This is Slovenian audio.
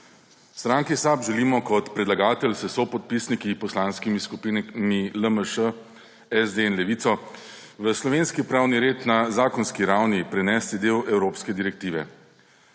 stranki SAB želimo kot predlagatelj s sopodpisniki, poslanskimi skupinami LMŠ, SD in Levico, v slovenski pravni red na zakonski ravni prenesti del evropske direktive.